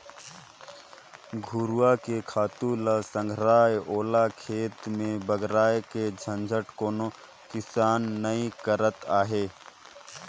घुरूवा के खातू ल संघराय ओला खेत में बगराय के झंझट कोनो किसान नइ करत अंहे